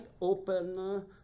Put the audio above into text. open